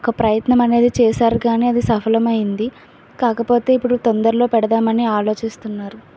ఒక ప్రయత్నం అనేది చేశారు కానీ అది సఫలమైంది కాకపోతే ఇప్పుడు తొందరలో పెడదామని ఆలోచిస్తున్నారు